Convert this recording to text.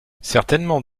certainement